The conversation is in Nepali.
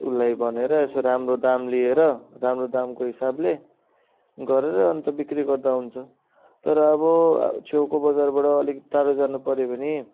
उसलाई भनेर यसो राम्रो दाम लिएर राम्रो दामको हिसाबले गरेर अन्त बिक्री गर्दा हुन्छ तर अब छेउको बजारबाट अलिक टाढो जानु पर्यो भने